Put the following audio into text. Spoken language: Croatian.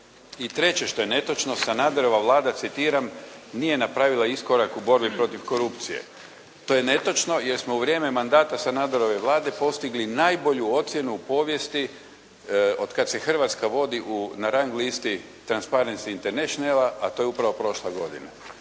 I treće što je netočno, Sanaderova Vlada citiram, nije napravila iskorak u borbi protiv korupcije. To je netočno, jer smo u vrijeme mandata Sanaderove Vlade postigli najbolju ocjenu u povijesti od kada se Hrvatska vodi na rang listi Transparency Internationala, a to je upravo prošla godina.